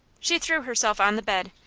she threw herself on the bed,